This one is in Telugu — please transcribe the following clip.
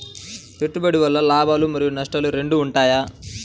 పెట్టుబడి వల్ల లాభాలు మరియు నష్టాలు రెండు ఉంటాయా?